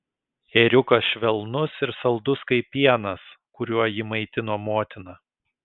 ėriukas švelnus ir saldus kaip pienas kuriuo jį maitino motina